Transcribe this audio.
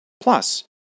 Plus